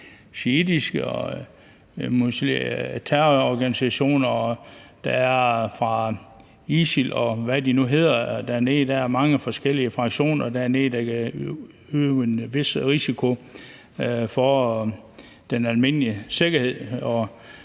shiitiske terrororganisationer, og der er ISIL, og hvad de nu hedder dernede; der er mange forskellige fraktioner, der kan udgøre en vis risiko for den almindelige sikkerhed